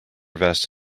vest